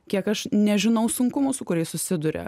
kiek aš nežinau sunkumų su kuriais susiduria